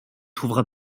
trouvera